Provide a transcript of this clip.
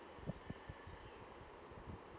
mm